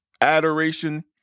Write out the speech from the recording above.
adoration